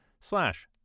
slash